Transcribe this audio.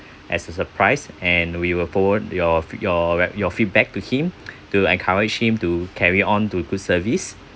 as a surprise and we will forward your your your feedback to him to encourage him to carry on to good service